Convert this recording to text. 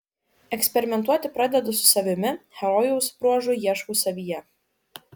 eksperimentuoti pradedu su savimi herojaus bruožų ieškau savyje